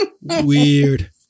Weird